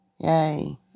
Yay